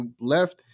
left